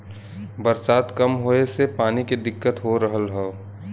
बरसात कम होए से पानी के दिक्कत हो रहल हौ